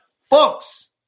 Folks